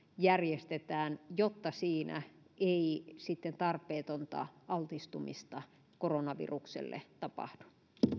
järjestetään jotta siinä ei sitten tarpeetonta altistumista koronavirukselle tapahdu